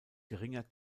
geringer